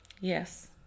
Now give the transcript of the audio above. Yes